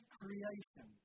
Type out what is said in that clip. creation